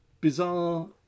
bizarre